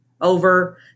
over